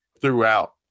throughout